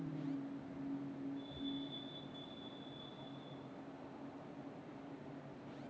silk के लेल कीट के खेती कएल जाई छई